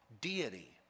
Deity